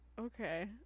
okay